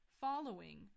following